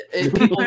People